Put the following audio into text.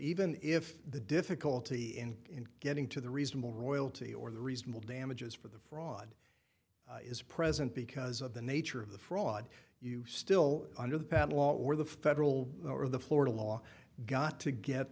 even if the difficulty in getting to the reasonable royalty or the reasonable damages for the fraud is present because of the nature of the fraud you still under the bad law or the federal or the florida law got to get